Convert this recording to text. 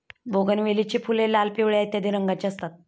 बोगनवेलीची फुले लाल, पिवळ्या इत्यादी रंगांची असतात